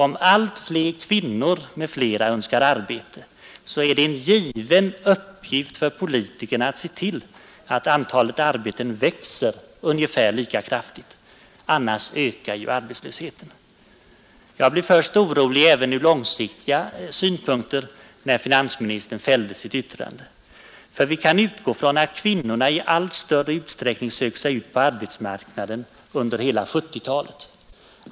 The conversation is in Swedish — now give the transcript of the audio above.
Om allt fler kvinnor och även andra önskar arbete, är det förstås en uppgift för politikerna att se till att antalet arbeten växer ungefär lika kraftigt. Annars ökar ju arbetslösheten. Jag blev först orolig även ur långsiktiga synpunkter, när finansministern fällde sitt yttrande. För vi kan ju anta att kvinnorna i allt större utsträckning söker sig ut på arbetsmarknaden under hela 1970-talet.